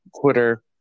Twitter